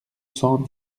cent